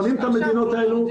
בוחנים את המדינות האלה,